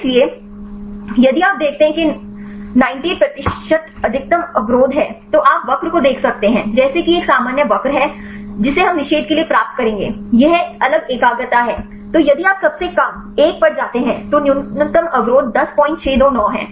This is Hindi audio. इसलिए यदि आप देखते हैं कि यह 98 प्रतिशत अधिकतम अवरोध है तो आप वक्र को देख सकते हैं जैसे कि यह एक सामान्य वक्र है जिसे हम निषेध के लिए प्राप्त करेंगे यह अलग एकाग्रता है तो यदि आप सबसे कम एक पर जाते हैं तो न्यूनतम अवरोध 10629 है